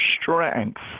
strength